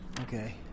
Okay